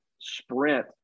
sprint